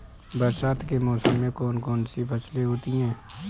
बरसात के मौसम में कौन कौन सी फसलें होती हैं?